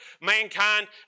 mankind